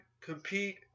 compete